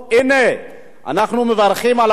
אנחנו מברכים על הקמת הוועדה.